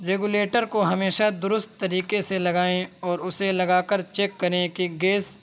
regulator کو ہمیشہ درست طریکے سے لگائیں اور اسے لگا کر چیک کریں کہ گیس